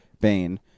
Bane